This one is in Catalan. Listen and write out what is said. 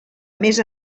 més